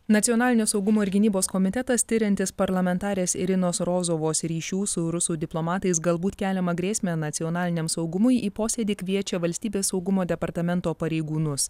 nacionalinio saugumo ir gynybos komitetas tiriantis parlamentarės irinos rozovos ryšių su rusų diplomatais galbūt keliamą grėsmę nacionaliniam saugumui į posėdį kviečia valstybės saugumo departamento pareigūnus